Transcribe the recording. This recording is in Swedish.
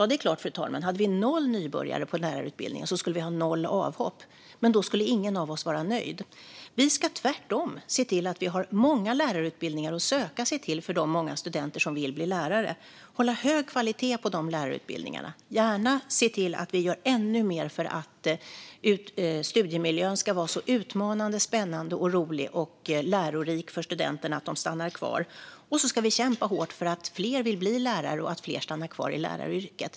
Det är klart, fru talman, att om vi hade noll nybörjare på lärarutbildningen skulle vi ha noll avhopp, men då skulle ingen av oss vara nöjd. Vi ska tvärtom se till att vi har många lärarutbildningar som man kan söka sig till för de många studenter som vill bli lärare. Vi ska hålla hög kvalitet på dessa lärarutbildningar och gärna se till att vi gör ännu mer för att studiemiljön ska vara så utmanande, spännande, rolig och lärorik för studenterna att de stannar kvar. Vi ska dessutom kämpa hårt för att fler ska vilja bli lärare och att fler stannar kvar i läraryrket.